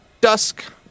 dusk